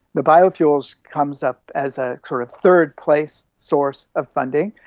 the biofuels comes up as a kind of third-place source of funding.